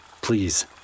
please